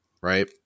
right